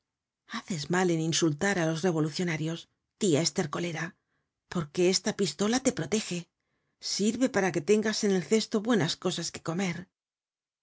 haces mal en insultar á los revolucionarios tia estercolera porque esta pistola te protege sirve para que tengas en el cesto buenas cosas que comer